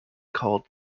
called